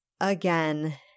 again